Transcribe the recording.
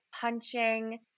punching